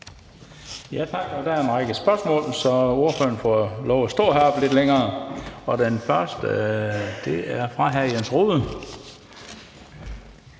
Tak. Der er en række spørgsmål, så ordføreren får lov til at stå og heroppe lidt længere. Det første er fra hr. Jens Rohde.